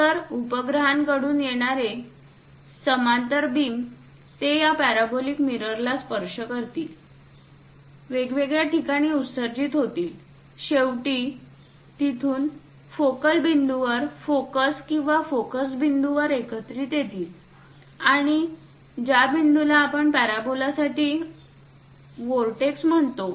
तर उपग्रहांकडून येणारे समांतर बीम ते या पॅराबोलिक मिररला स्पर्श करतील वेगवेगळ्या ठिकाणी उत्सर्जित होतील तिथून शेवटी फोकल बिंदूवर फोकस किंवा फोकस बिंदूवर एकत्रित येतील आणि ज्या बिंदूला आपण पॅराबोलासाठीचा वोरटेक्स म्हणतो